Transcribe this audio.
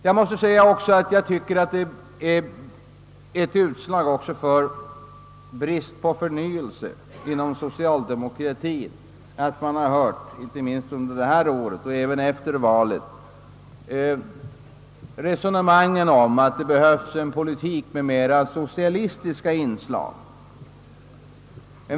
Jag måste också säga att allt man hört inte minst under detta år och särskilt efter valet av resonemang om att det behövs en politik med mera socialistiskt inslag är ett utslag av brist på förnyelse inom det socialdemokratiska partiet.